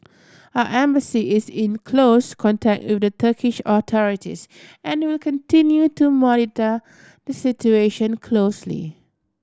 our Embassy is in close contact with the Turkish authorities and will continue to monitor the situation closely